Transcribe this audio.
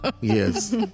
Yes